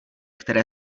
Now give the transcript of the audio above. které